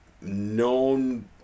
Known